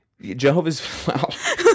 Jehovah's